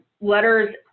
letters